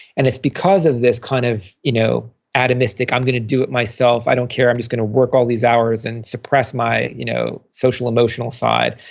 and it's because of this kind of you know atomistic, i'm going to do it myself, i don't care. i'm just going to work all these hours and suppress my you know social-emotional side.